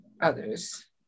others